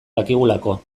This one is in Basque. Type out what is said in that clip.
dakigulako